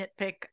nitpick